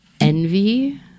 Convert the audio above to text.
Envy